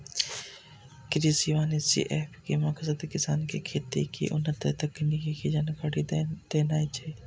कृषि वानिकी एप के मकसद किसान कें खेती के उन्नत तकनीक के जानकारी देनाय छै